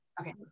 Okay